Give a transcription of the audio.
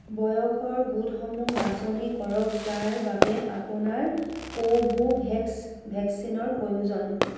বয়সৰ গোটসমূহ বাছনি কৰক যাৰ বাবে আপোনাৰ কোভোভেক্স ভেকচিনৰ প্ৰয়োজন